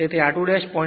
તેથી r2 0